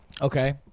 Okay